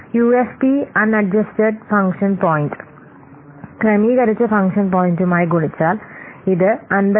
UFP unadjusted function point ക്രമീകരിച്ച function പോയിന്റുമായി ഗുണിച്ചാൽ ഇത് 55